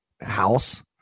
house